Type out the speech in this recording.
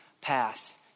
path